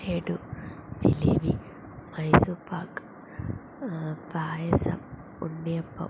laddu jalebi Mysore pak payasam ഉണ്ണിയപ്പം